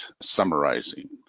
summarizing